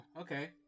okay